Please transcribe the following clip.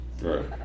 Right